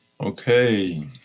Okay